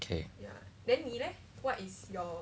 K